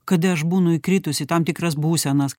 kada aš būnu įkritus į tam tikras būsenas